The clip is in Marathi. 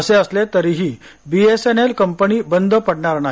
असे असले तरीही बीएसएनएल कंपनी बंद पडणार नाही